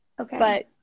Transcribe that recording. Okay